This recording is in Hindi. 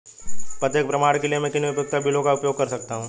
पते के प्रमाण के लिए मैं किन उपयोगिता बिलों का उपयोग कर सकता हूँ?